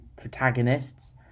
protagonists